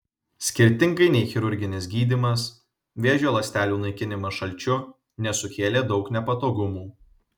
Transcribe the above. skirtingai nei chirurginis gydymas vėžio ląstelių naikinimas šalčiu nesukėlė daug nepatogumų